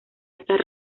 estas